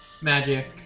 magic